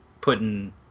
putting